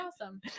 awesome